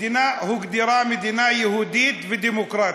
המדינה הוגדרה מדינה יהודית ודמוקרטית.